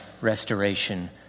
restoration